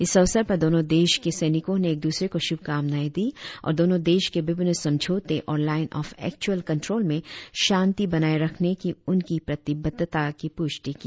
इस अवसर पर दोनो देश के सैनिको ने एक दुसरे को शुभकामनाएं दी और दोनो देशों के विभिन्न समझौते और लाईन ऑफ एकचूएल कन्ट्रोल में शांति बनाए रखने की उनकी प्रतिबंद्धता की पूष्टि की